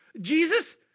Jesus